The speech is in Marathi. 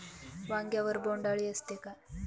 वांग्यावर बोंडअळी असते का?